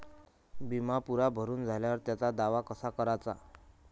बिमा पुरा भरून झाल्यावर त्याचा दावा कसा कराचा?